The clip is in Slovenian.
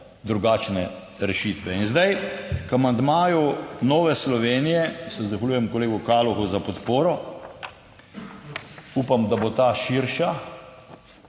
drugačne rešitve. In zdaj k amandmaju Nove Slovenije se zahvaljujem kolegu Kalohu za podporo, upam, da bo ta širša,